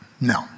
No